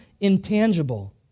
intangible